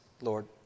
Lord